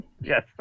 Yes